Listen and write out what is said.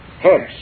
Hence